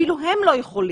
אפילו הם לא יכולים.